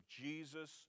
Jesus